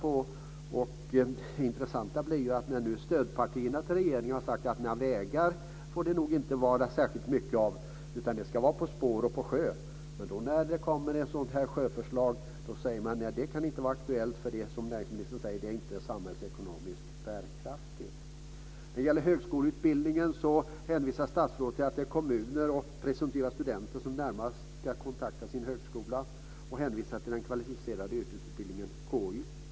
Det är ju intressant att regeringens stödpartier har sagt att det inte ska handla så mycket om vägar utan att transporterna ska ske på spår och på sjö. Men när det kommer ett sådant här sjöförslag så säger man att det inte kan vara aktuellt, eftersom det enligt näringsministern inte är samhällsekonomiskt bärkraftigt. När det gäller högskoleutbildningen hänvisar statsrådet till att kommuner och presumtiva studenter ska kontakta sin närmaste högskola. Han hänvisar till den kvalificerade yrkesutbildningen KY.